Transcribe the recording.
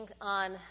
on